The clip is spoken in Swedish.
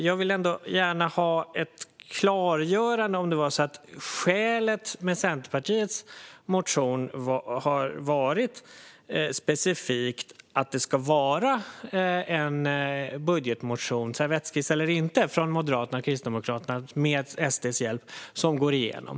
Jag vill gärna ha ett klargörande när det gäller om skälet till Centerpartiets motion har varit specifikt att det ska vara en budgetmotion - servettskiss eller inte - från Moderaterna och Kristdemokraterna med SD:s hjälp som går igenom.